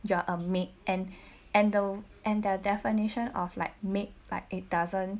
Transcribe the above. you are a maid and and the and the definition of like maid like it doesn't